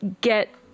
get